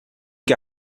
que